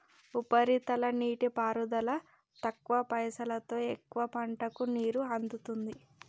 ఉపరితల నీటిపారుదల తక్కువ పైసలోతో ఎక్కువ పంటలకు నీరు అందుతుంది